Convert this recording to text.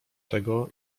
tego